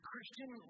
Christian